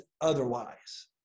otherwise